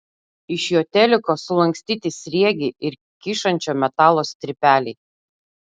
iš jo teliko sulankstyti sriegiai ir kyšančio metalo strypeliai